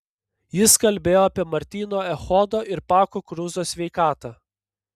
jis kalbėjo apie martyno echodo ir pako kruzo sveikatą